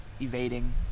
evading